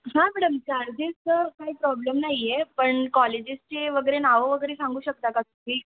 हां मॅडम चार्जेसचं काही प्रॉब्लेम नाही आहे पण कॉलेजेसचे वगैरे नावं वगैरे सांगू शकता का तुम्ही